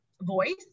voice